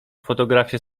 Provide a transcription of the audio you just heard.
fotografię